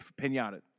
pinata